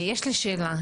יש לי שאלה,